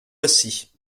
récit